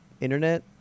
internet